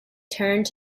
turned